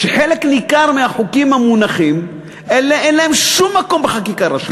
שחלק ניכר מהחוקים המונחים אין להם שום מקום בחקיקה ראשית.